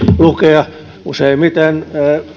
lukea useimmiten